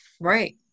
right